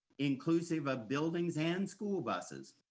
inclusive of buildings and school buses,